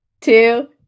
two